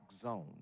zone